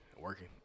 working